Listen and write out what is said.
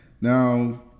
Now